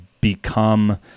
become